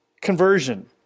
conversion